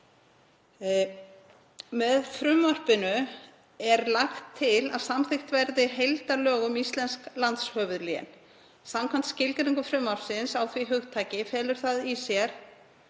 Með frumvarpinu er lagt til að samþykkt verði heildarlög um íslensk landshöfuðlén. Samkvæmt skilgreiningu frumvarpsins á því hugtaki felur það í sér